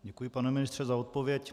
Děkuji, pane ministře, za odpověď.